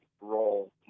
role